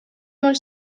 molt